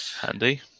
Handy